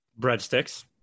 breadsticks